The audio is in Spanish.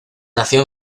nació